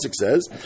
says